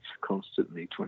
constantly